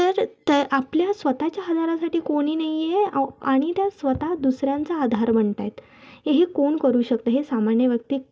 तर तर आपल्या स्वतःच्या आधारासाठी कोणी नाही आहे आणि त्या स्वतः दुसऱ्यांचा आधार बनत आहेत हे कोण करू शकतं हे सामान्य व्यक्ती